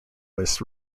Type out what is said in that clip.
was